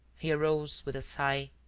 he arose with a sigh,